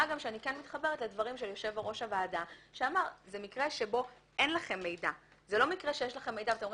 לא מדובר כאן במקרה שיש לכם מידע ואתם אומרים: